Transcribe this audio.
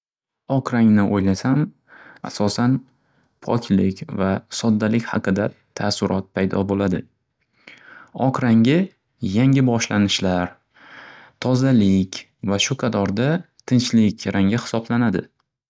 Oq rangni o'ylasam, asosan, poklik va soddalik haqida ta'ssurot paydo bo'ladi. Oq rangi yangi boshlanishlar, tozalik va shu qatorda tinchlik rangisoblanadi.